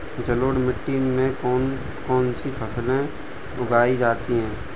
जलोढ़ मिट्टी में कौन कौन सी फसलें उगाई जाती हैं?